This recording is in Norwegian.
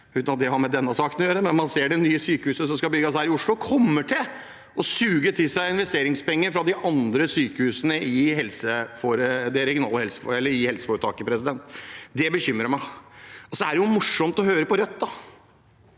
Uten at det har med denne saken å gjøre, ser man at det nye sykehuset som skal bygges her i Oslo, kommer til å suge til seg investeringspenger fra de andre sykehusene i helseforetaket. Det bekymrer meg. Så er det morsomt å høre på Rødt.